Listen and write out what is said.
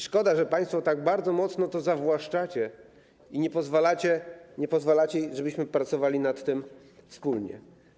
Szkoda, że państwo tak bardzo mocno to zawłaszczacie i nie pozwalacie, żebyśmy pracowali nad tym wspólnie.